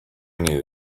need